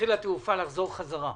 תתחיל התעופה לחזור חזרה,